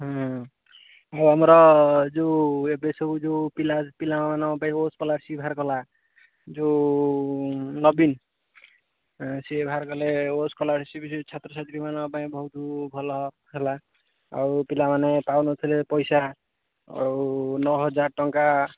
ଆଉ ଆମର ଯେଉଁ ଏବେ ସବୁ ଯେଉଁ ପିଲା ପିଲାମାନଙ୍କ ପାଇଁ ସ୍କୋଲାରସିପ୍ ବାହାର କଲା ଯେଉଁ ନବୀନ ସିଏ ବାହାର କଲେ ଓ ସ୍କୋଲାରସିପ୍ ସେଇ ଛାତ୍ର ଛାତ୍ରୀମାନଙ୍କ ପାଇଁ ବହୁତ ଭଲ ହେଲା ଆଉ ପିଲାମାନେ ପାଉନଥିଲେ ପଇସା ଆଉ ନଅ ହଜାର ଟଙ୍କା